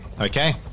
Okay